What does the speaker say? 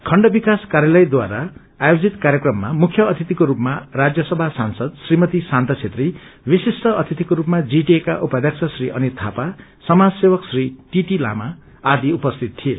खण्ड विकास कार्यालयद्वारा आयोजित कार्यक्रममा मुख्य अतिथिको सूपमा राज्य सभा सांसद श्रीमती शान्ता छेत्री विश्रिष्ट अतिथिको सूपमा जीटीएका उपाध्यक्ष श्री अनित थापा समाजसेवक श्री दीदी लामा आदि उपस्थित थिए